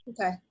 Okay